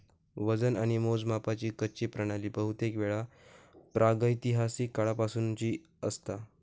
वजन आणि मोजमापाची कच्ची प्रणाली बहुतेकवेळा प्रागैतिहासिक काळापासूनची असता